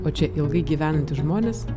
o čia ilgai gyvenantys žmonės